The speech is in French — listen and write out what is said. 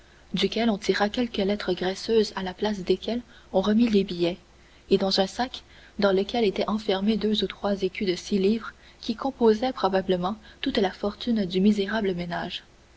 duquel on tira quelques lettres graisseuses à la place desquelles on remit les billets et un sac dans lequel étaient enfermés deux ou trois écus de six livres qui composaient probablement toute la fortune du misérable ménage